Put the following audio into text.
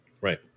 Right